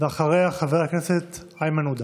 אחריה, חבר הכנסת איימן עודה.